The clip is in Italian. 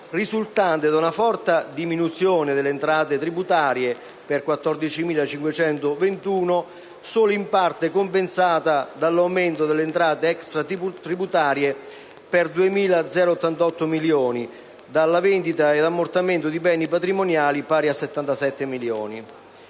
risultante da una forte diminuzione delle entrate tributarie (per 14.521 milioni) solo in parte compensata dall'aumento delle entrate extratributarie (per 2.088 milioni) e dalla vendita ed ammortamento di beni patrimoniali, pari a 77 milioni.